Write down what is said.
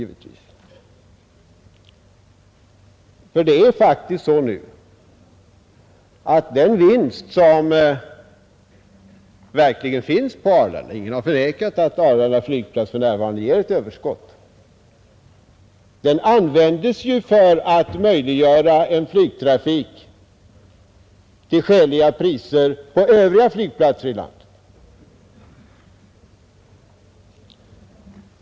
För närvarande är det faktiskt så, att den vinst som verkligen uppstår på Arlanda — ingen har förnekat att Arlanda flygplats för närvarande ger ett överskott — används för att möjliggöra en flygtrafik till skäliga priser på övriga flygplatser i landet.